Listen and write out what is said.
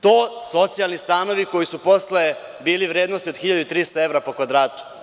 To su socijalni stanovi koji su posle bili u vrednosti od 1.300 evra po kvadratu.